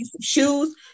shoes